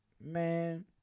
man